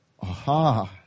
aha